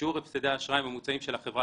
שיעור הפסדי האשראי הממוצעים של החברה